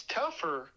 tougher